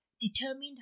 determined